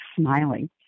smiling